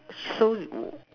shows